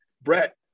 brett